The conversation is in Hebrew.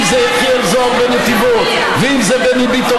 אם זה יחיאל זוהר בנתיבות ואם זה בני ביטון